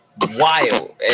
wild